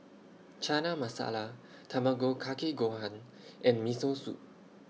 Chana Masala Tamago Kake Gohan and Miso Soup